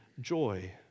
joy